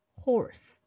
horse